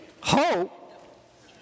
Hope